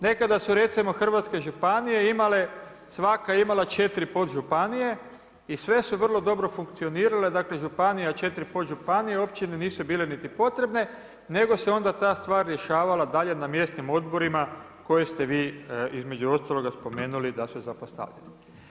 Nekada su recimo hrvatske županije imale, svaka je imala četiri podžupanije i sve su vrlo dobro funkcionirale, dakle županija, četiri podžupanije općine nisu bile niti potrebne nego se ta stvar rješavala dalje na mjesnim odborima koje ste vi između ostalog spomenuli da su zapostavljene.